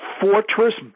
fortress